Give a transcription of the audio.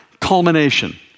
culmination